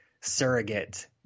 surrogate